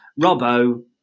Robbo